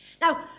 Now